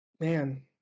man